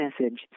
message